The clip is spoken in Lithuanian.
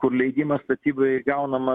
kur leidimas statybai gaunamas